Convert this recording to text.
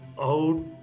out